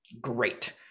great